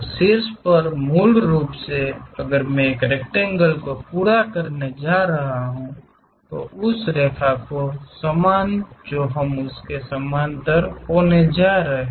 शीर्ष पर मूल रूप से है अगर मैं एक रेकटेंगेल को पूरा करने जा रहा हूं तो उस रेखा के समान जो हम उस के समानांतर होने जा रहे हैं